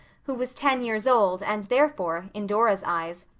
who was ten years old and therefore, in dora's eyes,